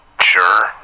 Sure